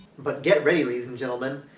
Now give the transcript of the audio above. but get ready, ladies and gentlemen.